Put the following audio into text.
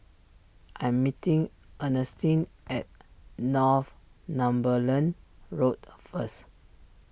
I'm meeting Earnestine at Northumberland Road first